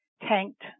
tanked